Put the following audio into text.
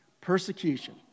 Persecution